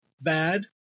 bad